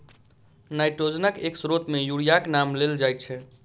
नाइट्रोजनक एक स्रोत मे यूरियाक नाम लेल जाइत छै